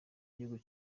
igihugu